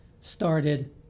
started